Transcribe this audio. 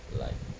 like